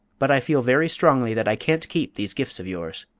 but i feel very strongly that i can't keep these gifts of yours.